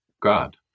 God